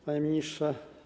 Panie Ministrze!